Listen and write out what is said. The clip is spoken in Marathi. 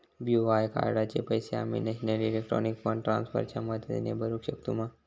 बी.ओ.आय कार्डाचे पैसे आम्ही नेशनल इलेक्ट्रॉनिक फंड ट्रान्स्फर च्या मदतीने भरुक शकतू मा?